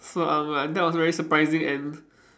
so I'm like that was very surprising and